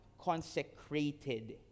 consecrated